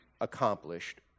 accomplished